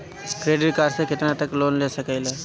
Credit card से कितना तक लोन ले सकईल?